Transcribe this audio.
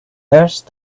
nurse